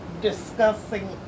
discussing